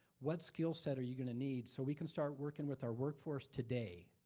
what skillset are you gonna need so we can start working with our workforce today?